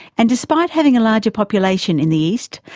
and despite having a larger population in the east,